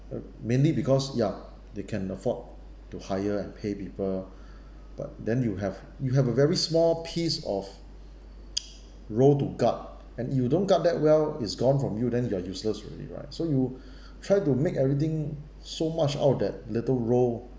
uh mainly because ya they can afford to hire and pay people but then you have you have a very small piece of role to guard and if you don't guard that well is gone from you then you are useless already right so you try to make everything so much out of that little role